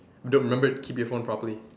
dude remember to keep your phone properly